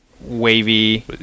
wavy